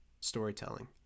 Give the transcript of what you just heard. storytelling